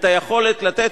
את היכולת לתת,